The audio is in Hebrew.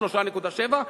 3.7,